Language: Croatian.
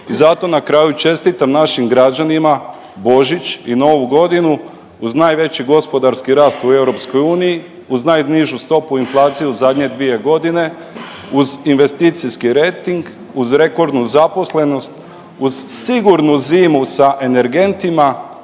I zato na kraju čestitam našim građanima Božić i Novu godinu uz najveći gospodarski rast u EU, uz najnižu stopu inflacije u zadnje dvije godine, uz investicijski rejting, uz rekordnu zaposlenost, uz sigurnu zimu sa energentima